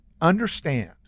understand